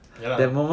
ya lah